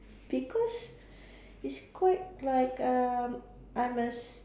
because it's quite like um I'm a